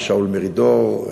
לשאול מרידור,